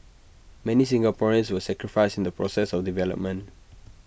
many Singaporeans were sacrificed in the process of development